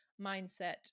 mindset